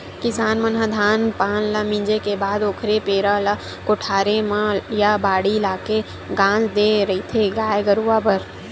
किसान मन ह धान पान ल मिंजे के बाद ओखर पेरा ल कोठारे म या बाड़ी लाके के गांज देय रहिथे गाय गरुवा बर